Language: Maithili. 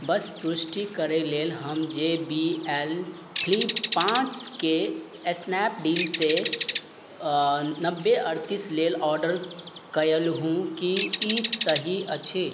बस पुष्टि करै लेल हम जे बी एल फ्लिप पाँचके स्नैपडीलसे नब्बे अड़तिस लेल ऑडर कएलहुँ कि ई सही अछि